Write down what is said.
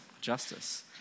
justice